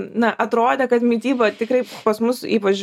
na atrodė kad mityba tikrai pas mus ypač